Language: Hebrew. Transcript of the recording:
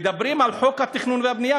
מדברים על חוק התכנון והבנייה,